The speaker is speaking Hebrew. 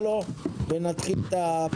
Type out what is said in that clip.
מצגת.